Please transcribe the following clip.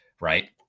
right